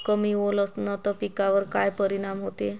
कमी ओल असनं त पिकावर काय परिनाम होते?